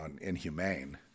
inhumane